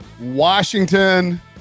Washington